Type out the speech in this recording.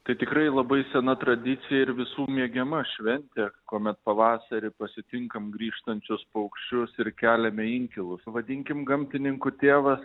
tai tikrai labai sena tradicija ir visų mėgiama šventė kuomet pavasarį pasitinkam grįžtančius paukščius ir keliame inkilus vadinkim gamtininkų tėvas